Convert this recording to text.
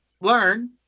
learn